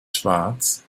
schwarz